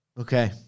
Okay